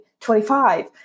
25